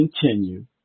continue